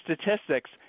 statistics